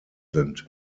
sind